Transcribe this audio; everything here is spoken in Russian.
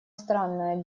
странное